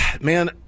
man